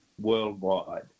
worldwide